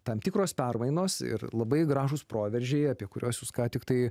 tam tikros permainos ir labai gražūs proveržiai apie kuriuos jūs ką tik tai